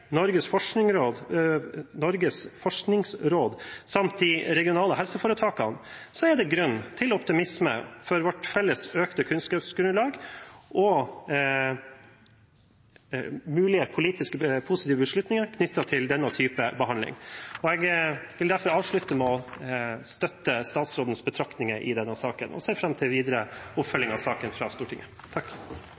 Norges forskningsråd samt de regionale helseforetakene, er det grunn til optimisme for vårt felles økte kunnskapsgrunnlag og mulige politisk positive beslutninger knyttet til denne type behandling. Jeg vil derfor avslutte med å støtte statsrådens betraktninger i denne saken og ser fram til videre oppfølging av saken fra Stortinget.